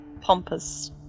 Pompous